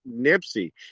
Nipsey